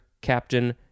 Captain